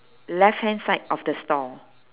left hand side of the store